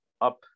up